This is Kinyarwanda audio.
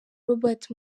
robert